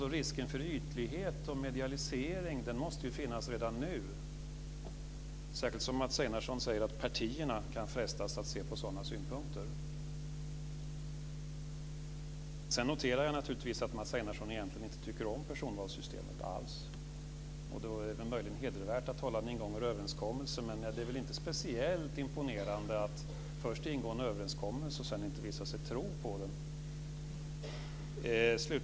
Risken för ytlighet och medialisering måste finnas redan nu, särskilt som Mats Einarsson säger att partierna kan frestas att se på sådana synpunkter. Jag noterar att Mats Einarsson egentligen inte tycker om personvalssystemet alls. Då är det möjligen hedervärt att hålla en ingången överenskommelse. Men det är väl inte speciellt imponerande att först ingå en överenskommelse och sedan inte visa sig tro på den.